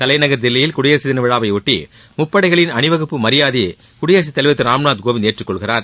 தலைநகர் தில்லியில் குடியரசு தின விழாவையொட்டி முப்படைகளின் அணிவகுப்பு மரியாதையை குடியரசுத் தலைவர் திரு ராம்நாத் கோவிந்த் ஏற்றுக் கொள்கிறார்